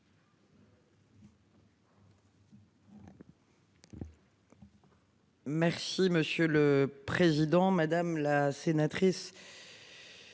Merci monsieur le président, madame la sénatrice.